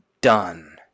done